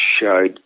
showed